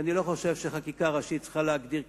כי אני לא חושב שחקיקה ראשית צריכה להגדיר כיתות,